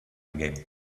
again